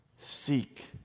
Seek